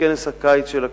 בכנס הקיץ של הכנסת,